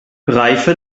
reife